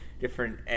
different